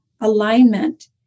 alignment